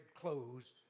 clothes